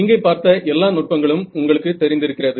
இங்கே பார்த்த எல்லா நுட்பங்களும் உங்களுக்கு தெரிந்திருக்கிறது